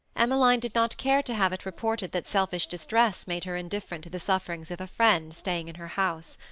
emmeline did not care to have it reported that selfish distress made her indifferent to the sufferings of a friend staying in her house.